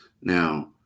Now